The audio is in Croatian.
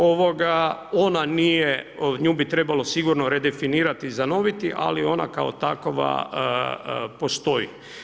Ona nije, nju bi trebalo sigurno redefinirati i zanoviti, ali ona kao takova postoji.